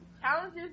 challenges